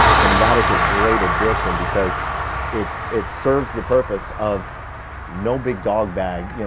and that is a great addition because it it serves the purpose of no big dog bag, you know